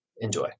enjoy